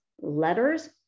letters